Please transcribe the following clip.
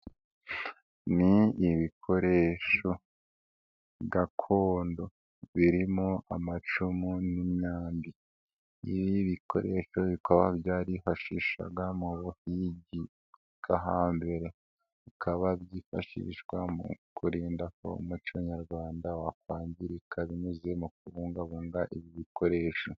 Ni ibikoresho gakondo birimo amacumu n'imyambi. Ibikoresho bikaba byarifashishwaga mu buhigi bwo hambere. Bikaba byifashishwa mu kurinda ko umuco nyarwanda wakwangirika binyuze mu kubungabunga ibi ibikoresho.